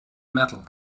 metal